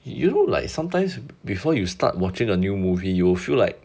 you know like sometimes before you start watching a new movie you will feel like